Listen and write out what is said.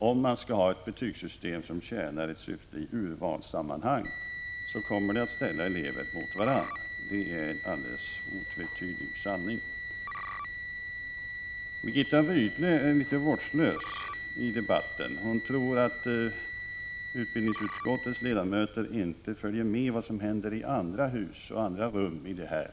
Om man skall ha ett betygssystem som tjänar ett syfte i urvalssammanhang, kommer elever att ställas mot varandra. Det är en alldeles otvetydig sanning. Birgitta Rydle är litet vårdslös i debatten. Hon tror att utbildningsutskottets ledamöter inte följer med i vad som händer i andra hus och i andra rum i detta hus.